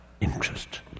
interest